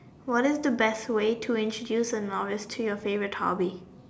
what is the best way to introduce a novice to your favorite hobby